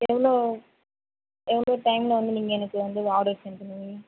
எவ்வளோ எவ்வளோ டைம்மில் வந்து நீங்கள் எனக்கு வந்து ஆர்டர் சென்ட் பண்ணுவீங்க